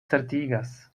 certigas